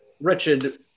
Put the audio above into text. Wretched